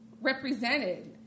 represented